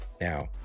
Now